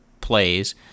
plays—